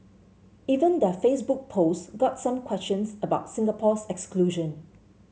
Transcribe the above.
even their Facebook post got some questions about Singapore's exclusion